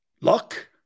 Luck